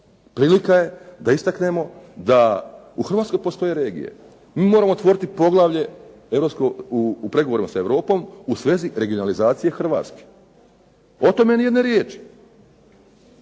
prilika je da istaknemo da u Hrvatskoj postoje regije, mi moramo otvoriti poglavlje, u pregovorima s Europom u svezi regionalizacije Hrvatske, o tome ni jedne riječi.